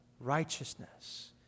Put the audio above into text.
Righteousness